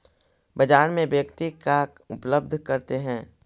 बाजार में व्यक्ति का उपलब्ध करते हैं?